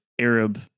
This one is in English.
Arab